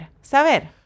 saber